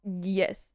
Yes